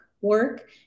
work